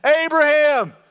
Abraham